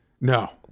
No